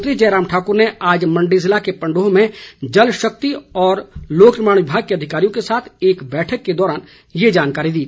मुख्यमंत्री जयराम ठाक्र ने आज मण्डी जिले के पंडोह में जलशक्ति और लोग निर्माण विभाग के अधिकारियों के साथ एक बैठक के दौरान ये जानकारी दी